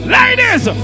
Ladies